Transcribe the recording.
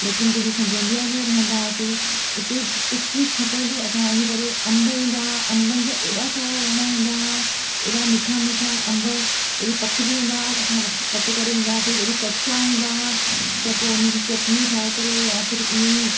लेकिन जॾहिं असां गोंदिया में रहंदा हुआसीं उते कुझु बि खपंदो असां वञी करे अंब ईंदा हुआ अंबनि जा हेॾा सारा वण हूंदा हुआ हेॾा मिठा मिठा अंब जॾहिं पकिजी वेंदा हुआ असां प पटे करे ईंदा हुआसीं जंहिं ॾींहुं कचा हूंदा हुआ त पोइ हुनजी चटणी ठाहे करे या फ़ीर इअंई